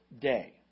day